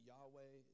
Yahweh